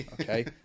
Okay